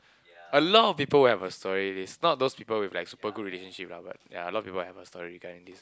a lot of people will have a story list not those people with like super good relationship lah but ya a lot people have a story kinda list